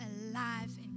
alive